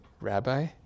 Rabbi